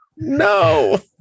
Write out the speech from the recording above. No